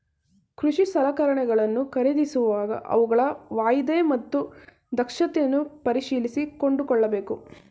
ಕೃಷಿ ಸಲಕರಣೆಗಳನ್ನು ಖರೀದಿಸುವಾಗ ಅವುಗಳ ವಾಯ್ದೆ ಮತ್ತು ದಕ್ಷತೆಯನ್ನು ಪರಿಶೀಲಿಸಿ ಕೊಂಡುಕೊಳ್ಳಬೇಕು